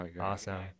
awesome